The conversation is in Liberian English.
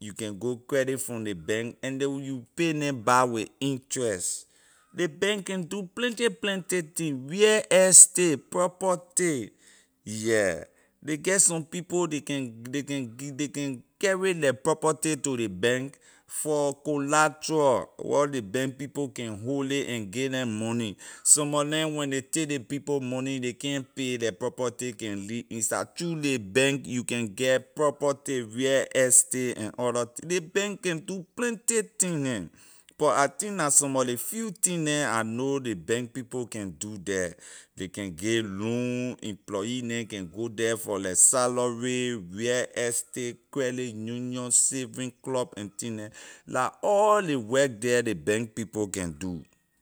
you can go credit from ley bank and ley will pay neh back with interest ley bank can do plenty plenty thing real estate property yeah ley get some people ley can ley can ley can carry la property to ley bank for collateral or ley bank people can hold it and get neh money some mor neh when ley take ley people money ley can't pay la property can leave inside through ley bank you can get property real estate and other thing ley bank can do plenty thing neh but I think la some of ley few thing neh I know ley bank people can do the ley can give loan employee neh can go the for la salary real estate credit union saving club and thing neh la all ley work the ley bank people can do.